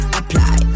apply